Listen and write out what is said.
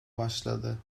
başladı